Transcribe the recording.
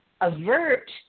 avert